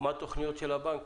מה התכניות של בנק